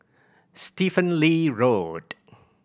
Stephen Lee Road